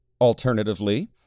Alternatively